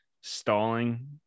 stalling